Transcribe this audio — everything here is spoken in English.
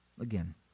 Again